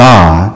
God